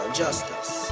justice